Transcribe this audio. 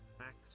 act